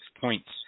points